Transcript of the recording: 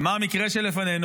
ומה המקרה שלפנינו?